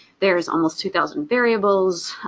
there's almost two thousand variables.